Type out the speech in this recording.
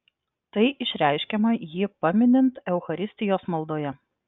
tai išreiškiama jį paminint eucharistijos maldoje